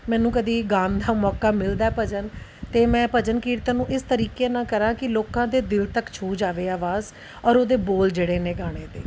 ਮੈਨੂੰ ਕਦੇ ਗਾਉਣ ਦਾ ਮੌਕਾ ਮਿਲਦਾ ਭਜਨ ਅਤੇ ਮੈਂ ਭਜਨ ਕੀਰਤਨ ਨੂੰ ਇਸ ਤਰੀਕੇ ਨਾਲ ਕਰਾਂ ਕਿ ਲੋਕਾਂ ਦੇ ਦਿਲ ਤੱਕ ਛੂਹ ਜਾਵੇ ਆਵਾਜ਼ ਔਰ ਉਹਦੇ ਬੋਲ ਜਿਹੜੇ ਨੇ ਗਾਣੇ ਦੇ